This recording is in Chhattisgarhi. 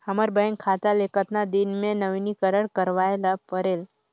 हमर बैंक खाता ले कतना दिन मे नवीनीकरण करवाय ला परेल?